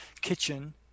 kitchen